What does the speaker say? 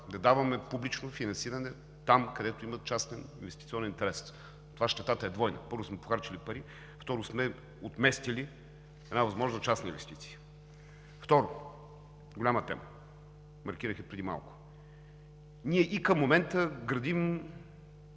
да даваме публично финансиране там, където има частен инвестиционен интерес. С това щетата е двойна. Първо, похарчили сме пари, второ, отместили сме една възможна частна инвестиция. Второ, голяма тема, маркирах я преди малко. Ние и към момента градим